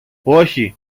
όχι